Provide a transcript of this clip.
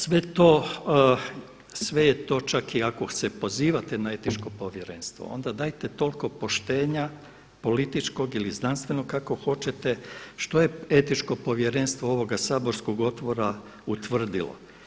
Sve je to čak i ako se pozivati na etičko povjerenstvo onda dajete toliko poštenja političkog ili znanstvenog kako hoćete, što je etičko povjerenstvo ovoga saborskog odbora utvrdilo?